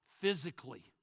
physically